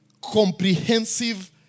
comprehensive